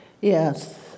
Yes